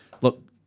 Look